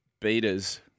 beaters